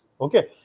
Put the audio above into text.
Okay